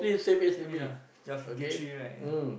same age ah you're fifty three right ya